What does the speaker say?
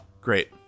Great